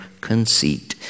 conceit